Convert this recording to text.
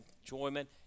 enjoyment